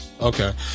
Okay